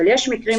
אבל זה קורה.